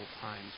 times